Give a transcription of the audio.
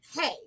hey